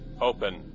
open